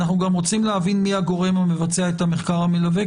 ואנחנו גם רוצים להבין מי הגורם המבצע את המחקר המלווה,